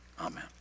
Amen